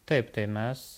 taip tai mes